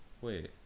Wait